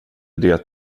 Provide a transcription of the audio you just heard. det